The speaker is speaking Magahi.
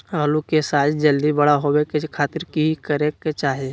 आलू के साइज जल्दी बड़ा होबे के खातिर की करे के चाही?